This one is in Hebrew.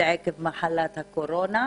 בוקר טוב.